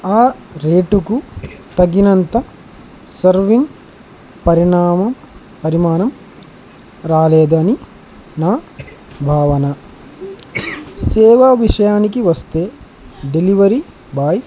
ఆ రేటుకు తగినంత సర్వింగ్ పరిణామం పరిమాణం రాలేదని నా భావన సేవా విషయానికి వస్తే డెలివరీ బాయ్